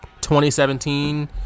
2017